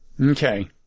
Okay